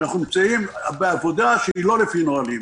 אנחנו נמצאים בעבודה שהיא לא לפי נהלים.